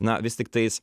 na vis tiktais